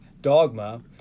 Dogma